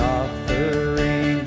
offering